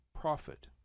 profit